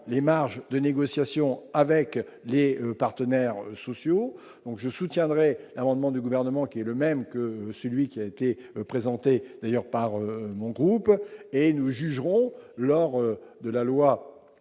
les marges de négociation avec les partenaires sociaux, donc je soutiendrai amendement du gouvernement qui est le même que celui qui a été présenté d'ailleurs par mon groupe et nous jugerons lors de la loi